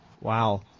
Wow